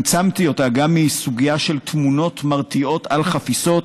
צמצמתי אותה גם מסוגיה של תמונות מרתיעות על חפיסות,